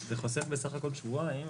זה חוסך בסך הכול שבועיים,